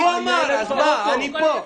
אז הוא אמר, אני פה.